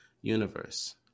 universe